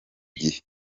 gihe